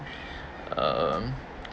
um